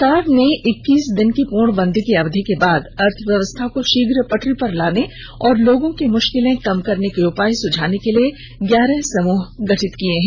सरकार ने इक्कीस दिन की पूर्णबंदी की अवधि के बाद अर्थव्यवस्था को शीघ्र पटरी पर लाने और लोगों की मुश्किलें कम करने के उपाय सुझाने के लिए ग्यारह समूह गठित किए हैं